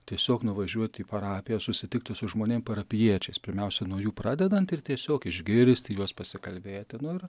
tiesiog nuvažiuot į parapiją susitikti su žmonėm parapijiečiais pirmiausia nuo jų pradedant ir tiesiog išgirsti juos pasikalbėti nu ir